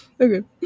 Okay